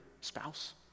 spouse